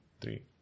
Three